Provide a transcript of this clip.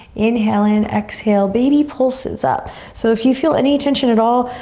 inhale in, exhale, baby pulses up. so if you feel any tension at all,